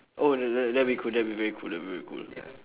oh that that that'll be cool that'd be very cool that'll be very cool